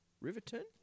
Riverton